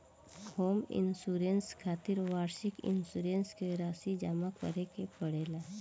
home insurance खातिर वार्षिक insurance के राशि जामा करे के पड़ेला